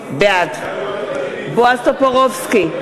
בעד בועז טופורובסקי,